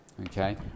Okay